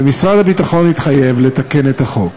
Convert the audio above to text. ומשרד הביטחון התחייב לתקן את החוק